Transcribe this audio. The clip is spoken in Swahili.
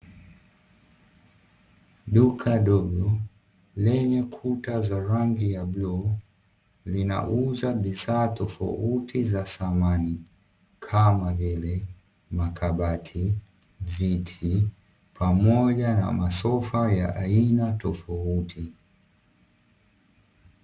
Duka dogo lenye kuta za rangi ya bluu, linauza bidhaa tofauti za samani kama vile makabati, viti pamoja na masofa ya aina tofauti.